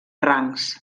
rangs